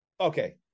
okay